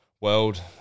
world